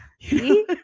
See